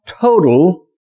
total